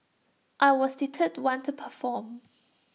I was the third one to perform